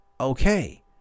okay